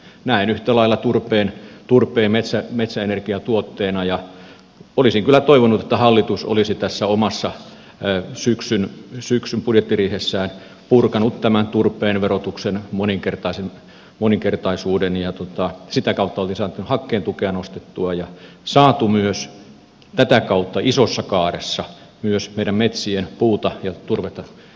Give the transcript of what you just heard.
näen yhtä lailla turpeen metsäenergiatuotteena ja olisin kyllä toivonut että hallitus olisi tässä omassa syksyn budjettiriihessään purkanut tämän turpeen verotuksen moninkertaisuuden ja sitä kautta oltaisiin saatu hakkeen tukea nostettua ja saatu myös tätä kautta isossa kaaressa myös meidän metsien puuta ja turvetta käyttöön